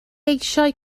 eisiau